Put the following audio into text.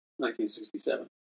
1967